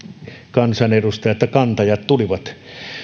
kansanedustaja että kantajat tulivat